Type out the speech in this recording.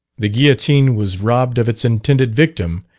the guillotine was robbed of its intended victim,